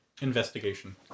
Investigation